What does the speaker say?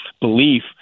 belief